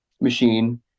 machine